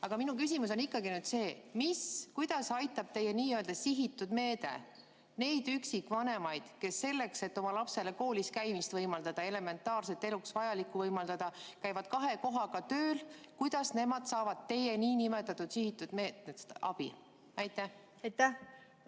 Aga minu küsimus on ikkagi see: kuidas aitab teie nii‑öelda sihitud meede neid üksikvanemaid, kes selleks, et oma lapsele kooliskäimist ja elementaarset eluks vajalikku võimaldada, käivad kahe kohaga tööl? Kuidas nemad saavad teie niinimetatud sihitud meetmetest abi? Aitäh!